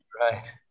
right